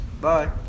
Bye